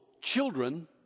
children